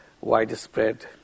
widespread